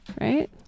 right